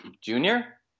Junior